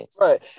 Right